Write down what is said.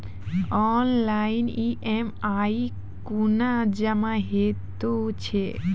Online EMI कूना जमा हेतु छै?